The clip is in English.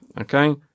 Okay